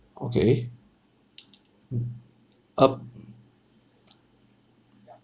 okay mm um